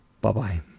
bye-bye